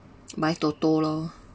buy TOTO lor